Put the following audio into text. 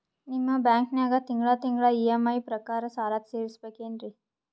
ನಿಮ್ಮ ಬ್ಯಾಂಕನಾಗ ತಿಂಗಳ ತಿಂಗಳ ಇ.ಎಂ.ಐ ಪ್ರಕಾರನ ಸಾಲ ತೀರಿಸಬೇಕೆನ್ರೀ?